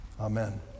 Amen